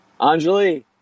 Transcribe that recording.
Anjali